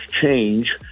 change